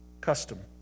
Custom